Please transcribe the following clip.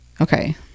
Okay